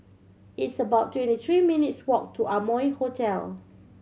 it's about twenty three minutes' walk to Amoy Hotel